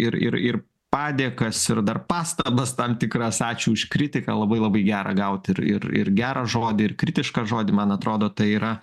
ir ir ir padėkas ir dar pastabas tam tikras ačiū už kritiką labai labai gera gauti ir ir ir gerą žodį ir kritišką žodį man atrodo tai yra